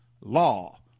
law